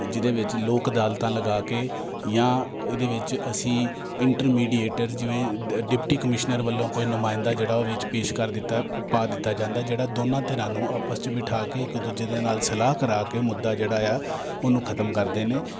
ਜਿਹਦੇ ਵਿੱਚ ਲੋਕ ਅਦਾਲਤਾਂ ਲਗਾ ਕੇ ਜਾਂ ਇਹਦੇ ਵਿੱਚ ਅਸੀਂ ਇੰਟਰਮੀਡੀਏਟਰ ਜਿਵੇਂ ਡਿਪਟੀ ਕਮਿਸ਼ਨਰ ਵੱਲੋਂ ਕੋਈ ਨੁਮਾਇੰਦਾ ਜਿਹੜਾ ਉਹ ਵਿੱਚ ਪੇਸ਼ ਕਰ ਦਿੱਤਾ ਪਾ ਦਿੱਤਾ ਜਾਂਦਾ ਜਿਹੜਾ ਦੋਨਾਂ ਧਿਰਾਂ ਨੂੰ ਆਪਸ 'ਚ ਬਿਠਾ ਕੇ ਇੱਕ ਦੂਜੇ ਦੇ ਨਾਲ ਸਲਾਹ ਕਰਾ ਕੇ ਮੁੱਦਾ ਜਿਹੜਾ ਆ ਉਹਨੂੰ ਖਤਮ ਕਰਦੇ ਨੇ